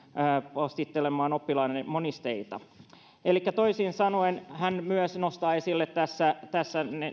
postittelemaan oppilailleni monisteita toisin sanoen hän myös nostaa esille tässä tässä